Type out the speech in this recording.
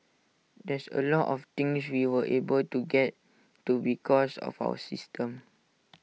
there's A lot of things we were able to get to because of our system